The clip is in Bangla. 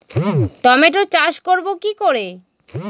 টমেটোর চাষ করব কি করে?